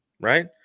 right